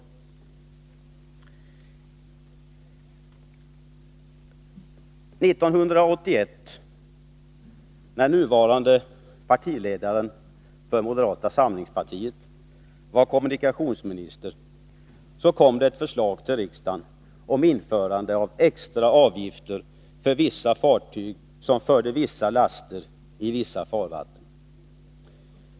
1981, när den nuvarande partiledaren i moderata samlingspartiet var kommunikationsminister, kom det ett förslag till riksdagen om införande av extra avgifter för vissa fartyg som förde vissa laster i vissa farvatten.